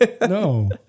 No